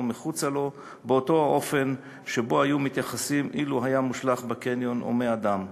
מחוצה לו באותו האופן שבו היו מתייחסים אילו היה מושלך בקניון הומה אדם.